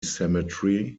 cemetery